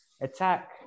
attack